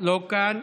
לא כאן,